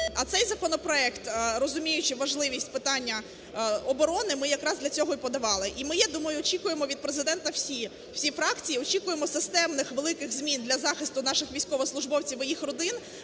А цей законопроект, розуміючи важливість питання оборони, ми якраз для цього й подавали, і ми, я думаю, очікуємо від Президента всі. Всі фракції очікуємо системних великих змін для захисту наших військовослужбовців і їх родин,